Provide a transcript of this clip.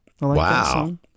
Wow